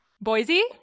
Boise